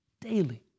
Daily